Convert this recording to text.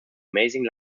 amazing